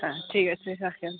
হ্যাঁ ঠিক আছে রাখুন